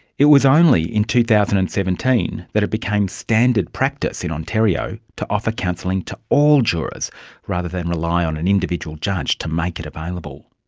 it was only in two thousand and seventeen that it became standard practice in ontario to offer counselling to all jurors rather than rely on an individual judge to make it available.